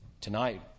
tonight